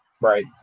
Right